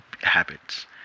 habits